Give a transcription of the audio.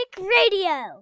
Radio